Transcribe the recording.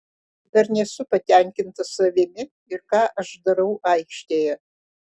dar nesu patenkintas savimi ir ką aš darau aikštėje